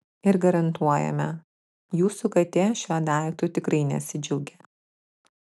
ir garantuojame jūsų katė šiuo daiktu tikrai nesidžiaugė